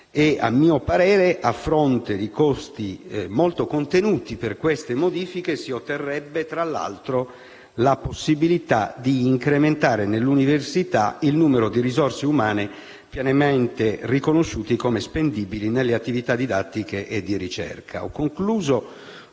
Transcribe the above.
A mio parere, a fronte di costi molto contenuti per queste modifiche, si otterrebbe, tra l'altro, la possibilità di incrementare nell'università il numero di risorse umane pienamente riconosciute come spendibili nelle attività didattiche e di ricerca.